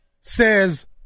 says